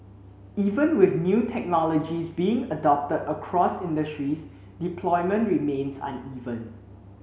even with new technologies being adopted across industries deployment remains uneven